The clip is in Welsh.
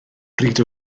bryd